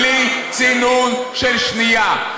בלי צינון של שנייה.